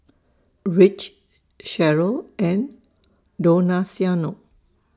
Rich Sheryll and Donaciano